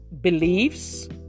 beliefs